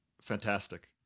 Fantastic